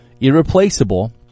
irreplaceable